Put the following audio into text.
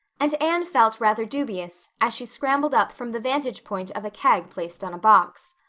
and anne felt rather dubious as she scrambled up from the vantage point of a keg placed on a box.